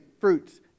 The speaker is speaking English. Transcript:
fruits